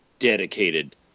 Dedicated